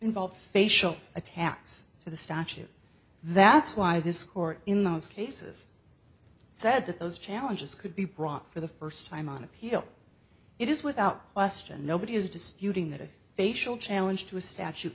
involve facial attacks so the statute that's why this court in those cases said that those challenges could be brought for the first time on appeal it is without question nobody is disputing that a facial challenge to a statu